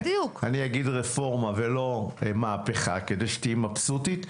אני אגיד: רפורמה ולא מהפכה כדי שתהיי מבסוטית,